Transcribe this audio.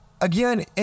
Again